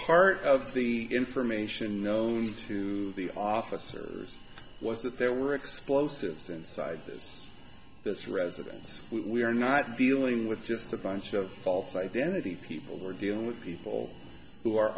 part of the information known to the officers was that there were explosives inside this residence we are not dealing with just a bunch of false identity people who are dealing with people who are